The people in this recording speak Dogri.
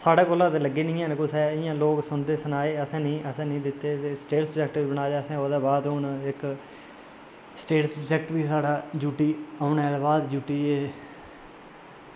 साढ़े कोला लैंदे निं हैन ते इंया लोग सनांदे ते असें निं दित्ते ते स्टेट सब्जेक्ट बी बनाया ते हून अस स्टेट सब्जेक्ट बी साढ़ा ड्यूटी औने दे बाद ड्यूटी एह्